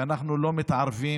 היא שאנחנו לא מתערבים